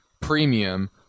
premium